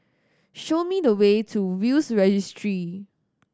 show me the way to Will's Registry